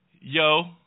yo